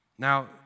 Now